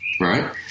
right